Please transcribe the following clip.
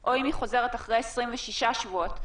או אם היא חוזרת אחרי 26 שבועות.